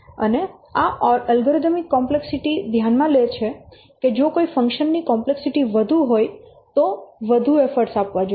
તેથી આ algorithmic complexity ધ્યાનમાં લે છે કે જો કોઈ ફંકશન ની કોમ્પ્લેક્સિટી વધુ હોય તો વધુ એફર્ટ આપવો જોઈએ